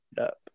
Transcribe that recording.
up